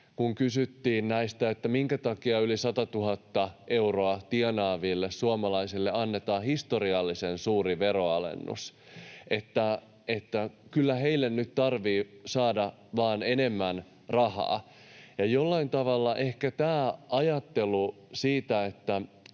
kun kysyttiin, että minkä takia yli 100 000 euroa tienaaville suomalaisille annetaan historiallisen suuri veronalennus, että ”kyllä heille nyt tarvii saada vaan enemmän rahaa”. Ajattelu siitä, että